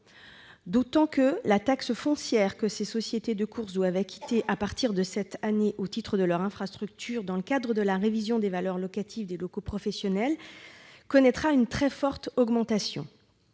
Par ailleurs, la taxe foncière que les sociétés de courses doivent acquitter à partir de cette année, au titre de leurs infrastructures, dans le cadre de la révision des valeurs locatives des locaux professionnels, connaît une très forte augmentation.